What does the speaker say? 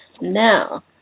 now